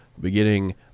Beginning